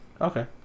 Okay